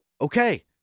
Okay